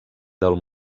del